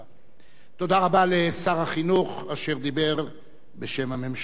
תודה רבה לשר החינוך, אשר דיבר בשם הממשלה.